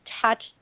touch